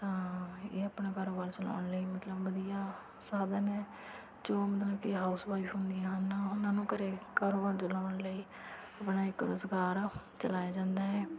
ਤਾਂ ਇਹ ਆਪਣਾ ਕਾਰੋਬਾਰ ਚਲਾਉਣ ਲਈ ਮਤਲਬ ਵਧੀਆ ਸਾਧਨ ਹੈ ਜੋ ਮਤਲਬ ਕਿ ਹਾਊਸਵਾਈਫ ਹੁੰਦੀਆਂ ਹਨ ਉਹਨਾਂ ਨੂੰ ਘਰ ਕਾਰੋਬਾਰ ਚਲਾਉਣ ਲਈ ਆਪਣਾ ਇੱਕ ਰੁਜ਼ਗਾਰ ਚਲਾਇਆ ਜਾਂਦਾ ਹੈ